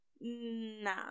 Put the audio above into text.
Nah